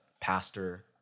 pastor